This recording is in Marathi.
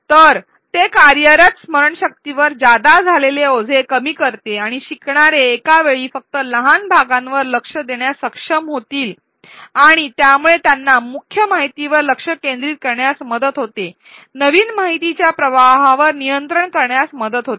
तर ते कार्यरत स्मरणशक्तीवर जादा झालेले ओझे कमी करते आणि शिकणारे एका वेळी फक्त लहान भागांवर लक्ष देण्यास सक्षम होतील आणि यामुळे त्यांना मुख्य माहितीवर लक्ष केंद्रित करण्यास मदत होते नवीन माहितीच्या प्रवाहावर नियंत्रण करण्यास मदत होते